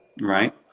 right